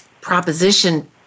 proposition